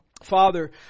Father